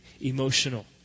emotional